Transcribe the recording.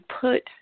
put –